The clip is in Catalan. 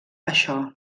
això